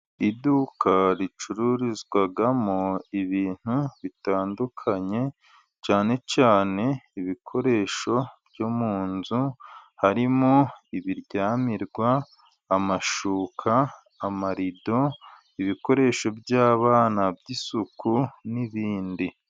Iduka ricururizwamo ibintu bitandukanye, cyane cyane ibikoresho byo mu nzu, harimo ibiryamirwa amashuka, amarido, ibikoresho by'abana by'isuku, n'ibindi.